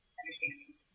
understandings